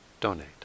donate